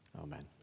Amen